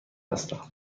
هستم